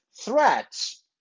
threats